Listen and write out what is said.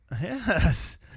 Yes